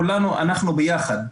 כולנו אנחנו ביחד.